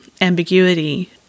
ambiguity